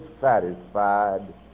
satisfied